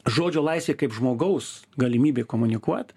žodžio laisvė kaip žmogaus galimybė komunikuot